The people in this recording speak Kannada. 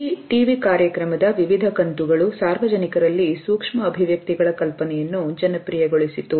ಈ ಟಿವಿ ಕಾರ್ಯಕ್ರಮದ ವಿವಿಧ ಕಂತುಗಳು ಸಾರ್ವಜನಿಕರಲ್ಲಿ ಸೂಕ್ಷ್ಮ ಅಭಿವ್ಯಕ್ತಿಗಳ ಕಲ್ಪನೆಯನ್ನು ಜನಪ್ರಿಯಗೊಳಿಸಿದರು